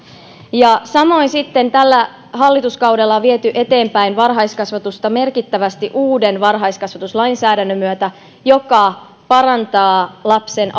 samoin sitten tällä hallituskaudella on viety eteenpäin varhaiskasvatusta merkittävästi uuden varhaiskasvatuslainsäädännön myötä joka parantaa lapsen